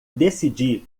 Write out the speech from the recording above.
decidi